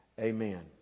Amen